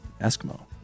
Eskimo